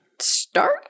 start